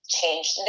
change